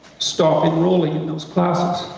stop enrolling in those classes,